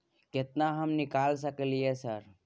केतना हम निकाल सकलियै सर?